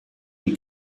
die